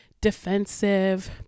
defensive